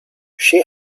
shi